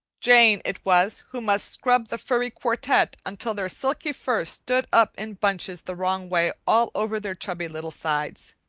jane it was who must scrub the furry quartet until their silky fur stood up in bunches the wrong way all over their chubby little sides